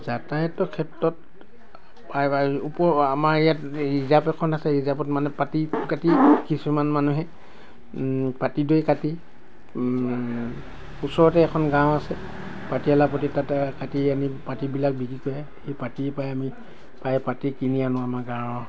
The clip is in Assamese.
যাতায়াতৰ ক্ষেত্ৰত প্ৰায় ওপ আমাৰ ইয়াত ৰিজাৰ্প এখন আছে ৰিজাৰ্পত মানে পাতি কাটি কিছুমান মানুহে পাতিদৈ কাটি ওচৰতে এখন গাঁও আছে পাতিয়ালা পতি তাতে কাটি আনি পাতিবিলাক বিক্ৰী কৰে সেই পাতি পাই আমি প্ৰায় পাতি কিনি আনো আমা গাঁৱৰ